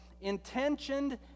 intentioned